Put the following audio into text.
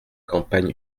campagne